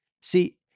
See